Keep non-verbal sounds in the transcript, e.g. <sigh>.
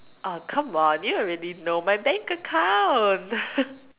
oh come on you already know my bank account <laughs>